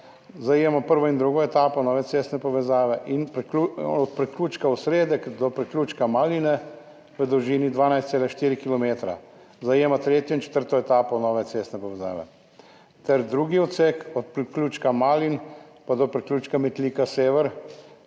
zajema prvo in drugo etapo nove cestne povezave, od priključka Osredek do priključka Maline v dolžini 12,4 kilometra zajema tretjo in četrto etapo nove cestne povezave, ter drugi odsek od priključka Maline pa do priključka Metlika – sever,